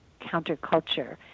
counterculture